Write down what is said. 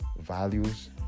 values